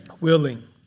willing